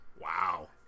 Wow